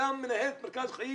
וגם מרכז החיים